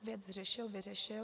Věc řešil, vyřešil.